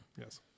Yes